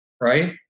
right